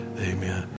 Amen